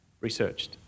researched